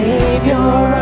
Savior